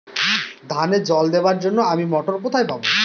ধানে জল দেবার জন্য আমি মটর কোথায় পাবো?